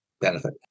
Benefit